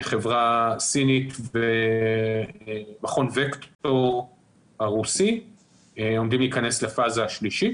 חברה סינית ומכון BEKTOP הרוסי עומדים להיכנס לפאזה השלישית.